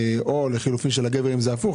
או לחילופין של הגבר אם זה הפוך,